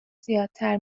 زیادتر